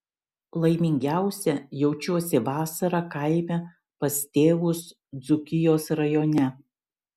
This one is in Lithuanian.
laimingiausia jaučiuosi vasarą kaime pas tėvus dzūkijos rajone